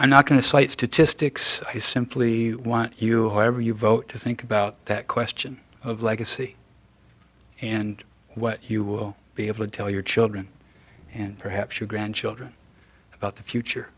i'm not going to cite statistics i simply want you whoever you vote to think about that question of legacy and what you will be able to tell your children and perhaps your grandchildren about the future